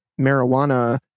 marijuana